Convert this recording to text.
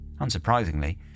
Unsurprisingly